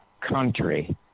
country